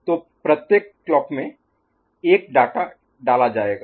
तो प्रत्येक क्लॉक में 1 डाटा डाला जाएगा